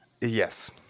yes